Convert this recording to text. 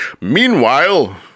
meanwhile